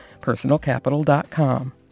personalcapital.com